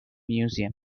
museum